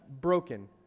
broken